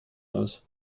aus